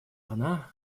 она